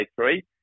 three